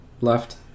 left